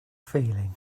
feeling